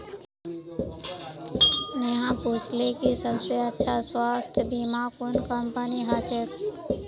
स्नेहा पूछले कि सबस अच्छा स्वास्थ्य बीमा कुन कंपनीर ह छेक